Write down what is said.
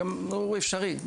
והוא אפשרי,